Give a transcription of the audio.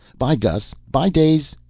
by, gus. by, daze.